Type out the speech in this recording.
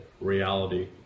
reality